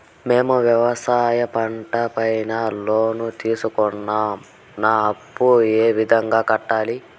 మేము వ్యవసాయ పంట పైన లోను తీసుకున్నాం నా అప్పును ఏ విధంగా కట్టాలి